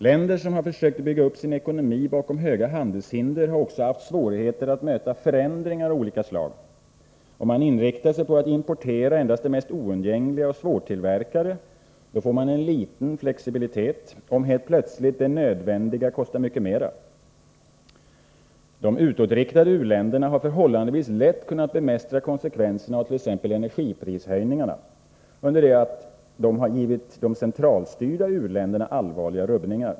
Länder som försökt bygga upp sin ekonomi bakom höga handelshinder har också haft svårigheter att möta förändringar av olika slag. Om man inriktar sig på att importera endast det mest oundgängliga och svårtillverkade får man liten flexibilitet om helt plötsligt det nödvändiga kostar mycket mera. De utåtriktade u-länderna har förhållandevis lätt kunnat bemästra konsekvenserna avt.ex. energiprishöjningarna, under det att dessa givit de centralstyrda u-länderna allvarliga rubbningar.